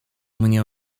mnie